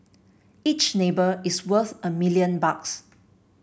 each neighbour is worth a million bucks